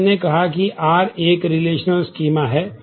तो R एक schema है